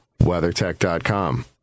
WeatherTech.com